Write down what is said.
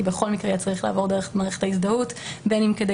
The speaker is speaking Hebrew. כי בכל מקרה היה צריך לעבור דרך מערכת ההזדהות בין אם כדי